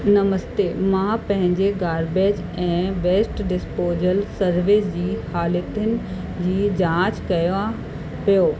नमस्ते मां पंहिंजे गार्बेज ऐं वेस्ट डिसपोजल सर्विस जी हालतुनि जी जांच कयां पियो